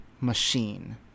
machine